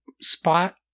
spot